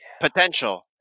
Potential